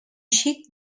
xic